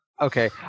okay